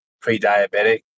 pre-diabetic